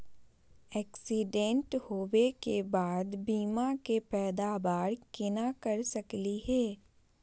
Accident होवे के बाद बीमा के पैदावार केना कर सकली हे?